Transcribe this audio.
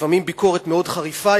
ולפעמים ביקורת מאוד חריפה,